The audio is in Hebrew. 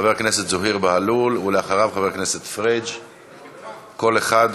חבר הכנסת זוהיר בהלול, ואחריו, חבר הכנסת פריג'.